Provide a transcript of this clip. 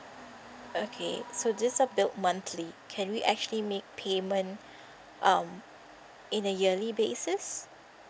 okay so this are paid monthly can we actually make payment um in a yearly basis